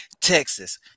Texas